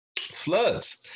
Floods